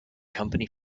company